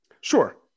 Sure